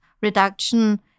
reduction